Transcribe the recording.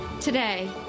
Today